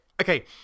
Okay